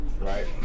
Right